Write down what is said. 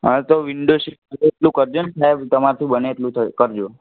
હા તો window seat તો એટલું કરજો ને સાહેબ તમારાથી બને એટલું તો કરજો